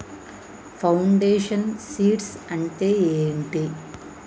Foundation seeds అంటే ఏంటి?